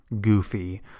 goofy